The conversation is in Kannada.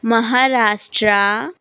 ಮಹಾರಾಷ್ಟ್ರ